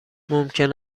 ممکن